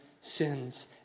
sins